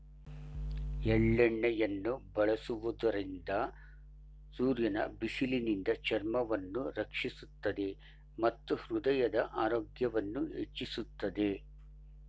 ಎಳ್ಳೆಣ್ಣೆಯನ್ನು ಬಳಸುವುದರಿಂದ ಸೂರ್ಯನ ಬಿಸಿಲಿನಿಂದ ಚರ್ಮವನ್ನು ರಕ್ಷಿಸುತ್ತದೆ ಮತ್ತು ಹೃದಯದ ಆರೋಗ್ಯವನ್ನು ಹೆಚ್ಚಿಸುತ್ತದೆ